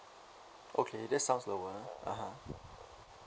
okay that sounds lower (uh huh)